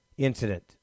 incident